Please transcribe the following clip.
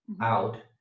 out